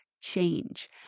change